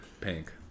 Pink